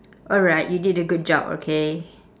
alright you did a good job okay